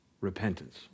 repentance